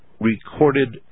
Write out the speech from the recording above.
recorded